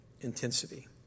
intensity